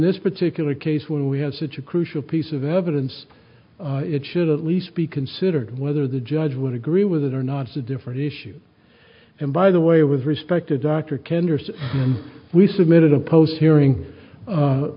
this particular case when we have such a crucial piece of evidence it should at least be considered whether the judge would agree with it or not it's a different issue and by the way with respect a doctor kenner's we submitted a post hearing